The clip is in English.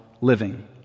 living